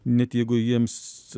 net jeigu jiems